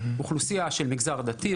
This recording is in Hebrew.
אוכלוסייה של המגזר הדתי,